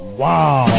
Wow